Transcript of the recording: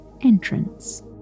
entrance